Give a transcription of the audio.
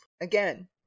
Again